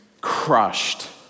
crushed